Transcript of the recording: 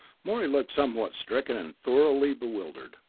morey looked somewhat stricken, and thoroughly bewildered.